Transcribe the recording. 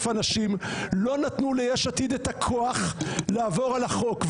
אנשים לא נתנו ל-יש עתיד את הכוח לעבור על החוק.